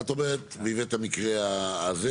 את אומרת, הבאת את המקרה הזה.